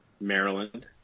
Maryland